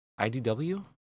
IDW